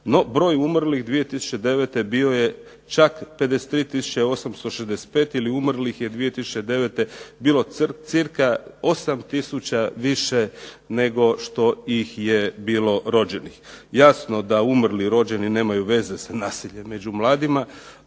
No, broj umrlih 2009. bio je čak 53865 ili umrlih je 2009. bilo cca 8000 više nego što ih je bilo rođenih. Jasno da umrli, rođeni nemaju veze sa nasiljem među mladima